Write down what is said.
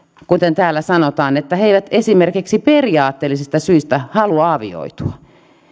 kuten täällä sanotaan jos he eivät esimerkiksi periaatteellisista syistä halua avioitua